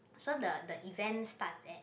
so the the events start at